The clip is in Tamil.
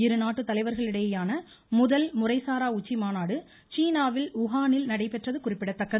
இருநாட்டு தலைவர்களிடையேயான முதல் முறைசாரா உச்சிமாநாடு சீனாவின் ஊஹானில் நடைபெற்றது குறிப்பிடத்தக்கது